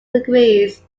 degrees